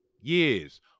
years